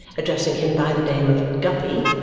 addressing him by the name of guppy,